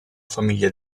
famiglia